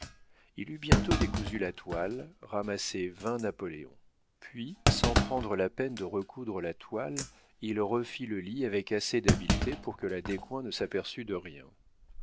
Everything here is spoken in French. il eut bientôt décousu la toile ramassé vingt napoléons puis sans prendre la peine de recoudre la toile il refit le lit avec assez d'habileté pour que la descoings ne s'aperçût de rien